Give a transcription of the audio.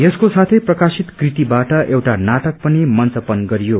यसको साथै प्रकाशित कृतिबाट एउटा नाटक पनि मंचन गरियो